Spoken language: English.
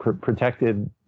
protected